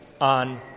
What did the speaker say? on